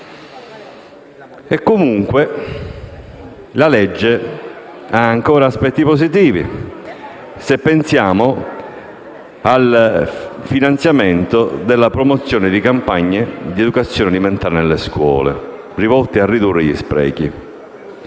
disegno di legge ha ancora aspetti positivi, se pensiamo al finanziamento della promozione di campagne di educazione alimentare nelle scuole, rivolte a ridurre gli sprechi.